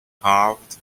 carved